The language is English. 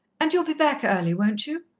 and you'll be back early, won't you?